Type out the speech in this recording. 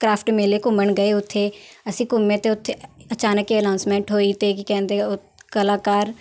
craft ਮੇਲੇ ਘੁੰਮਣ ਗਏ ਉੱਥੇ ਅਸੀਂ ਘੁੰਮੇ ਅਤੇ ਉੱਥੇ ਅਚਾਨਕ ਹੀ ਅਨਾਊਸਮੈਂਟ ਹੋਈ ਅਤੇ ਕੀ ਕਹਿੰਦੇ ਉਹ ਕਲਾਕਾਰ